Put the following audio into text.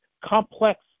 complex